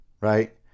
Right